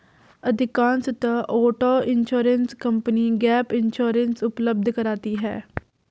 अधिकांशतः auto insurance company gap insurance उपलब्ध कराती है